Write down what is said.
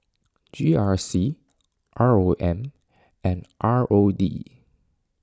G R C R O M and R O D